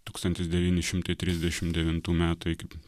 tūkstantis devyni šimtai trisdešim devintų metų iki